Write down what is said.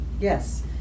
Yes